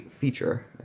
feature